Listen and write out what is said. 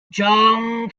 jon